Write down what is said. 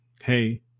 Hey